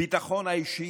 הביטחון האישי,